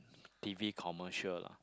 T_V commercial lah